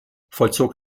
vollzog